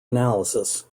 analysis